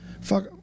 fuck